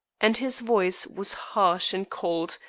and his voice was harsh and cold,